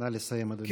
נא לסיים, אדוני.